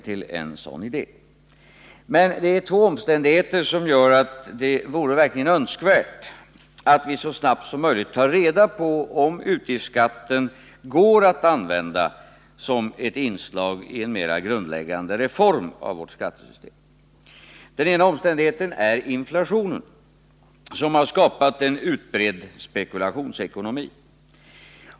Det är emellertid två omständig heter som gör att det verkligen vore önskvärt att vi så snart som möjligt tar reda på om utgiftsskatten går att använda som ett inslag i en mera grundläggande reform av vårt skattesystem. Den ena omständigheten är inflationen som har skapat en utbredd spekulationsekonomi.